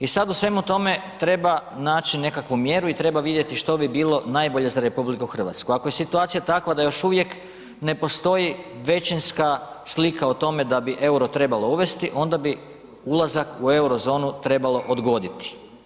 I sad u svemu tome treba naći nekakvu mjeru i treba vidjeti što bi bilo najbolje za RH, ako je situacija takva da još uvijek ne postoji većinska slika o tome da bi EUR-o trebalo uvesti onda bi ulazak u euro zonu trebalo odgoditi.